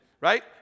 Right